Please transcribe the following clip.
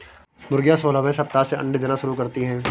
मुर्गियां सोलहवें सप्ताह से अंडे देना शुरू करती है